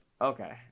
Okay